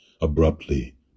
abruptly